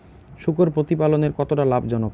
শূকর প্রতিপালনের কতটা লাভজনক?